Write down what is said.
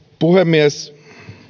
puhemies